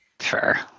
Sure